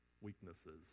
weaknesses